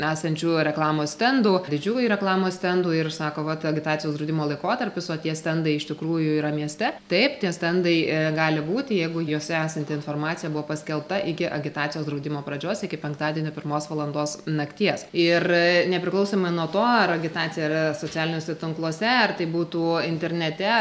esančių reklamos stendų didžiųjų reklamos stendų ir sako vat agitacijos draudimo laikotarpis o tie stendai iš tikrųjų yra mieste taip tie stendai gali būti jeigu juose esanti informacija buvo paskelbta iki agitacijos draudimo pradžios iki penktadienio pirmos valandos nakties ir nepriklausomai nuo to ar agitacija yra socialiniuose tinkluose ar tai būtų internete